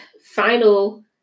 final